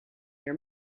your